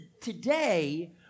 today